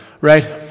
Right